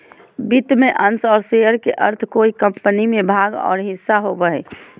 वित्त में अंश और शेयर के अर्थ कोय कम्पनी में भाग और हिस्सा होबो हइ